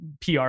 PR